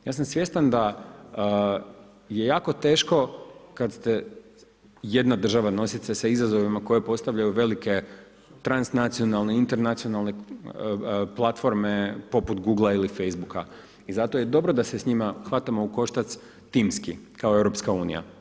Ja sam svjestan kako je jako teško kada te jedna država nosi sa izazovima koje postavljaju velike transnacionalne, internacionalne platforme poput Googla ili Facebooka i zato je dobro da se s njima hvatamo u koštac timski kao EU.